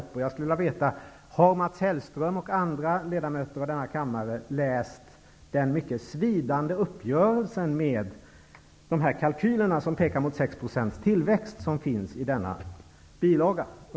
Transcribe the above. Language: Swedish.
Jag skulle vilja veta om Mats Hellström och övriga ledamöter av denna kammare läst den mycket svidande uppgörelse med de kalkyler som pekar mot 6 % tillväxt som finns i denna bilaga.